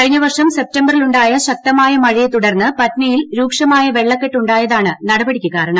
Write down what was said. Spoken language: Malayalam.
കഴിഞ്ഞ വർഷം സെപ്തംബറിലുായ ശക്തമായ മഴയെ തുടർന്ന് പട്നയിൽ രൂക്ഷമായ വെള്ളക്കെട്ട് ഉായതാണ് നടപടിക്ക് കാരണം